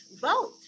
vote